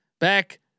back